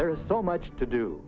there is so much to do